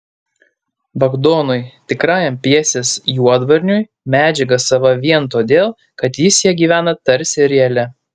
bagdonui tikrajam pjesės juodvarniui medžiaga sava vien todėl kad jis ja gyvena tarsi realia